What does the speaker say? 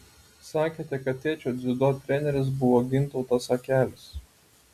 sakėte kad tėčio dziudo treneris buvo gintautas akelis